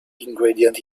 ingredient